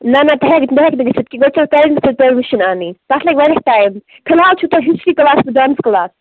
نَہ نَہ تہِ ہیٚکہِ نہٕ تہِ ہیٚکہِ نہٕ گٔژھتۍ کیٚنٛہہ تَتھ چھُ تیٚلہِ ٹایمس پٮ۪ٹھ پٔرمِشَن اَنٕنۍ تَتھ لَگِہ واریاہ ٹایم فلحال چھُ تۄہہ ہسٹری کٕلاس تہٕ ڈانس کٕلاس